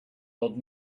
old